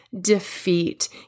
Defeat